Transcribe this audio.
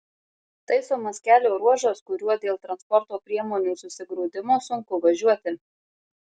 taisomas kelio ruožas kuriuo dėl transporto priemonių susigrūdimo sunku važiuoti